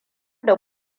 da